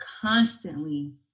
constantly